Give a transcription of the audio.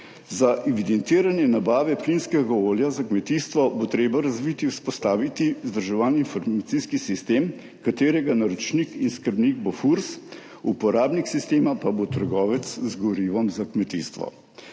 Za evidentiranje nabave plinskega olja za kmetijstvo bo treba razviti, vzpostaviti vzdrževan informacijski sistem, katerega naročnik in skrbnik bo FURS, uporabnik sistema pa bo trgovec z gorivom za kmetijstvo.